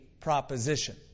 proposition